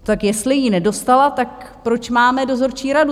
Tak jestli ji nedostala, tak proč máme dozorčí radu?